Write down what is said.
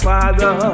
Father